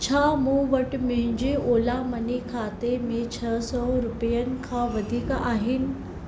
छा मूं वटि मुंहिंजे ओला मनी खाते में छह सौ रुपयनि खां वधीक आहिनि